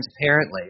transparently